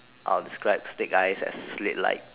I will describe snake eyes like slit like